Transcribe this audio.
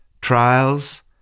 trials